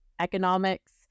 economics